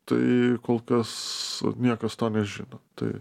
tai kol kas niekas to nežino tai